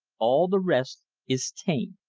all the rest is tame.